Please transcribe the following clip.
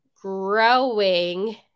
Growing